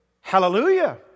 hallelujah